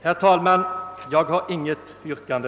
Herr talman! Jag har inget yrkande.